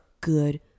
good